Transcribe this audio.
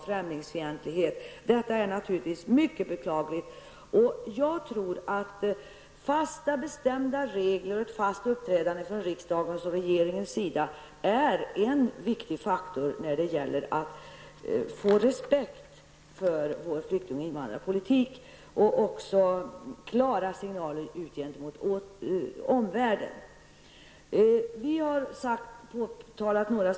Främlingsfientligheten har ökat, något som naturligtvis är mycket beklagligt. Bestämda regler och ett fast uppträdande från riksdagens och regeringens sida är en viktig faktor när det gäller att vinna respekt för Sveriges flyktingoch invandrarpolitik. Det gäller också att ge klara signaler till omvärlden. Också några andra saker har påtalats av oss.